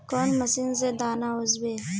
कौन मशीन से दाना ओसबे?